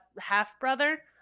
half-brother